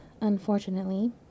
unfortunately